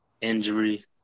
injury